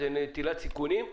זאת נטילת סיכונים,